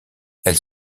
elles